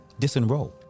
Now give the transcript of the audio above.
disenroll